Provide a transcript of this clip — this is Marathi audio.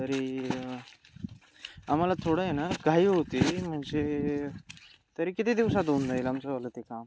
तरी आम्हाला थोडं आहे ना घाई होती म्हणजे तरी किती दिवसात होऊन जाईल आमचंवालं ते काम